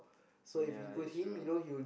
ya it's true